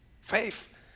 faith